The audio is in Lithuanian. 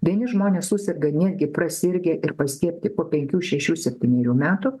vieni žmonės suserga netgi prasirgę ir paskiepyti po penkių šešių septynerių metų